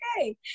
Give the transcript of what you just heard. okay